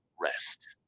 rest